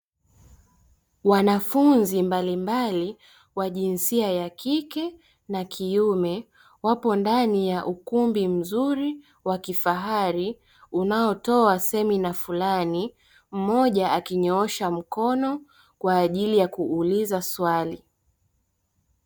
Wanafunzi mbalimbali wa jinsia ya kike na kiume wapo ndani ya ukumbi mzuri wa kifahari unaotoa semina fulani, mmoja akinyoosha mkono kwa ajili ya kuuliza swali.